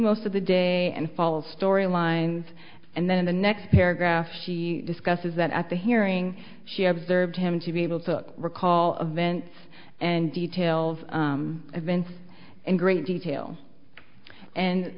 most of the day and followed story lines and then the next paragraph she discusses that at the hearing she observed him to be able to recall a vents and detail of events in great detail and